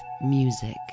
music